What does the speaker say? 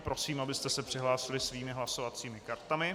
Prosím, abyste se přihlásili svými hlasovacími kartami.